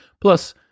Plus